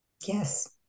Yes